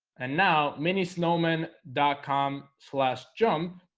and now mini snowmen dot-com slashed jump